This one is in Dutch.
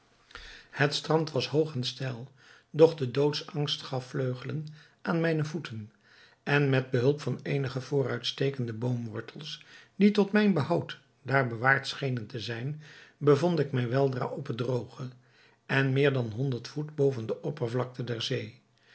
het strand was hoog en steil doch de doodsangst gaf vleugelen aan mijne voeten en met behulp van eenige vooruitstekende boomwortels die tot mijn behoud daar bewaard schenen te zijn bevond ik mij weldra op het drooge en meer dan honderd voet boven de oppervlakte der zee